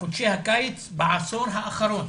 בחודשי הקיץ בעשור האחרון.